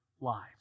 lives